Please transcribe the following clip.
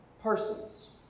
persons